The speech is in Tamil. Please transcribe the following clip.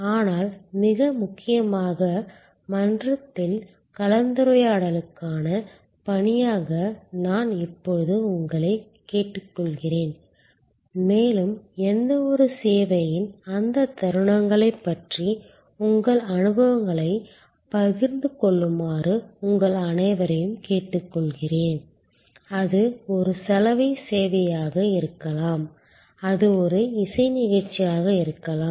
ஆனால் மிக முக்கியமாக மன்றத்தில் கலந்துரையாடலுக்கான பணியாக நான் இப்போது உங்களைக் கேட்டுக்கொள்கிறேன் மேலும் எந்தவொரு சேவையின் அந்த தருணங்களைப் பற்றிய உங்கள் அனுபவங்களைப் பகிர்ந்து கொள்ளுமாறு உங்கள் அனைவரையும் கேட்டுக்கொள்கிறேன் அது ஒரு சலவை சேவையாக இருக்கலாம் அது ஒரு இசை நிகழ்ச்சியாக இருக்கலாம்